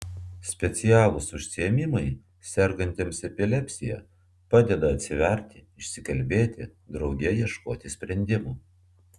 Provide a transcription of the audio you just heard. specialūs užsiėmimai sergantiems epilepsija padeda atsiverti išsikalbėti drauge ieškoti sprendimų